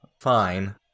fine